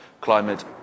climate